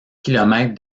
kilomètres